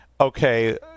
okay